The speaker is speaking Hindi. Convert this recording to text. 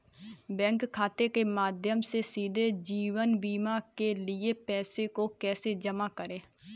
बैंक खाते के माध्यम से सीधे जीवन बीमा के लिए पैसे को कैसे जमा करें?